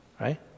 right